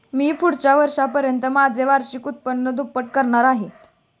मी पुढच्या वर्षापर्यंत माझे वार्षिक उत्पन्न दुप्पट करणार आहे